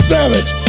Savage